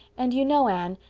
and you know, anne,